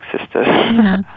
sisters